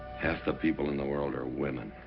half the people in the world are women.